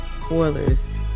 spoilers